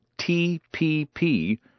TPP